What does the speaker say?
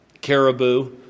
caribou